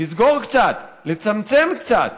לסגור קצת, לצמצם קצת